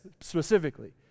specifically